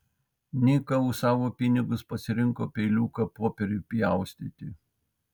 nika už savo pinigus pasirinko peiliuką popieriui pjaustyti